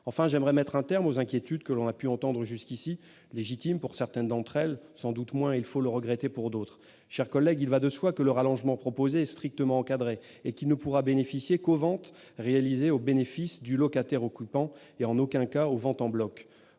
Enfin, j'aimerais mettre un terme aux inquiétudes que l'on a pu entendre jusqu'ici, légitimes pour certaines d'entre elles, sans doute moins, et il faut le regretter, pour d'autres. Mes chers collègues, il va de soi que l'allongement proposé est strictement encadré : il ne pourra bénéficier qu'aux ventes réalisées au bénéfice du locataire occupant, et en aucun cas aux ventes en bloc.